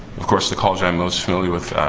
of course, the college i'm most familiar with,